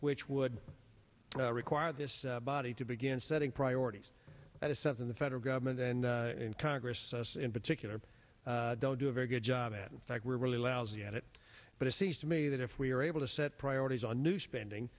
which would require this body to begin setting priorities that is something the federal government and in congress in particular don't do a very good job that in fact we're really lousy at it but it seems to me that if we are able to set priorities a new spending